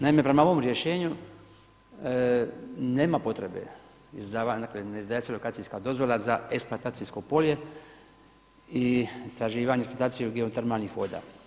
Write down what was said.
Naime, prema ovom rješenju nema potrebe izdavati, da se izdaje lokacijska dozvola za eksploatacijsko polje i istraživanje i eksploataciju geotermalnih voda.